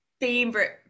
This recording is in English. favorite